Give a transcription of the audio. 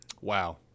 Wow